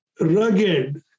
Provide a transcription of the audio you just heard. rugged